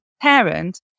parent